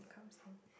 comes in